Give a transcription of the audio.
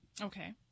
okay